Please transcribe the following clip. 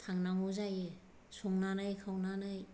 थांनांगौ जायो संनानै खावनानै